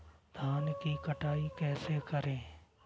धान की कटाई कैसे करें?